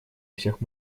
всех